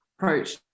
approach